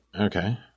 Okay